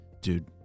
dude